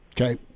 Okay